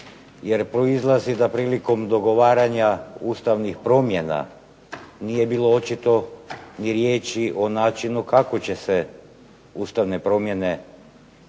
jer proizlazi da prilikom dogovaranja ustavnih promjena nije bilo očito ni riječi o načinu kako će se Ustavne promjene provesti